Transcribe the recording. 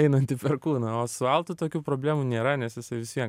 einantį per kūną o su altu tokių problemų nėra nes jisai vis vien